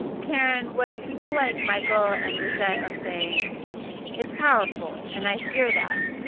karen, what people like michael and lizette are saying it's powerful. and i hear that.